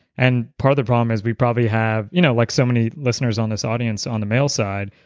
and part of the problem is we probably have, you know like so many listeners on this audience on the male side,